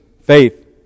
faith